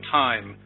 time